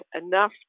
enough